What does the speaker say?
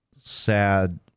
sad